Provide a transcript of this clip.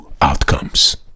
outcomes